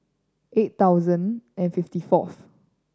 eight thousand and fifty fourth